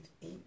eat